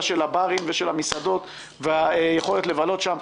של הברים ושל המסעדות והיכולת לבלות שם.